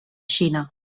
xina